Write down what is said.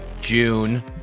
June